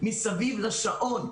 מסביב לשעון.